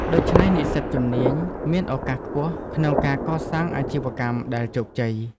ដូច្នេះ និស្សិតជំនាញមានឱកាសខ្ពស់ក្នុងការកសាងអាជីវកម្មដែលជោគជ័យ។